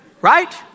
right